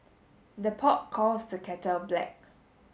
the pot calls the kettle black